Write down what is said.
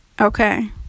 Okay